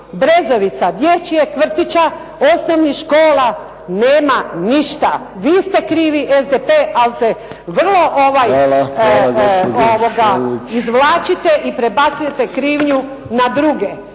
Brezovica Dječjeg vrtića, osnovnih škola, nema ništa. Vi ste krivi, SDP ali se vrlo izvlačite i prebacujete krivnju na druge.